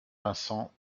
vincent